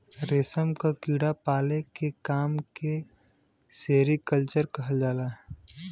रेशम क कीड़ा पाले के काम के सेरीकल्चर कहल जाला